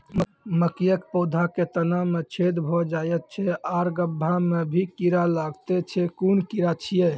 मकयक पौधा के तना मे छेद भो जायत छै आर गभ्भा मे भी कीड़ा लागतै छै कून कीड़ा छियै?